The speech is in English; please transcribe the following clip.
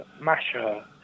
Masha